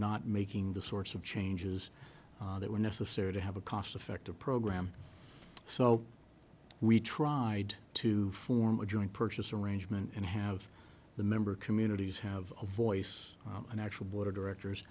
not making the sorts of changes that were necessary to have a cost effective program so we tried to form a joint purchase arrangement and have the member communities have a voice an actual board of directors